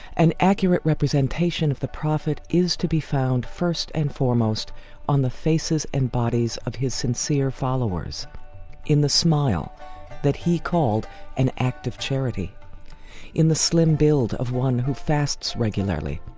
an accurate representation of the prophet is to be found first and foremost on the faces and bodies of his sincere followers in the smile that he called an act of charity in the slim build of one who fasts regularly,